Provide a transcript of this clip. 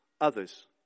others